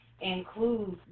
includes